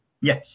Yes